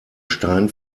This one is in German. stein